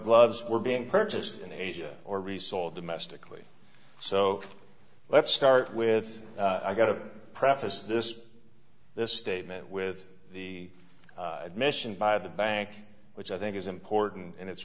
gloves were being purchased in asia or resold domestically so let's start with i've got to preface this this statement with the admission by the bank which i think is important and it's